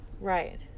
Right